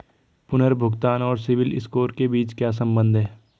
पुनर्भुगतान और सिबिल स्कोर के बीच क्या संबंध है?